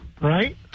right